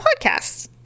Podcasts